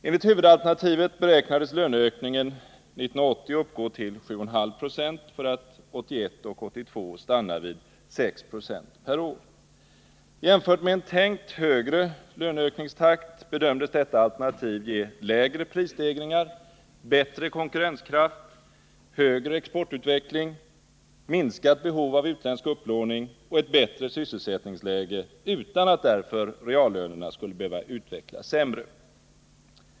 Enligt huvudalternativet beräknades löneökningen 1980 uppgå till 7,5 90, för att 1981 och 1982 stanna vid 6 76 per år. Jämfört med en tänkt högre löneökningstakt bedömdes detta alternativ ge lägre prisstegringar, bättre konkurrenskraft, högre exportutveckling, minskat behov av utländsk upplåning och ett bättre sysselsättningsläge utan att därför reallönerna skulle behöva utvecklas sämre.